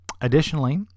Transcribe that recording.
additionally